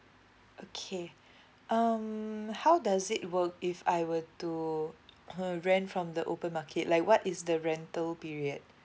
okay um how does it work if I were to hmm rent from the open market like what is the rental period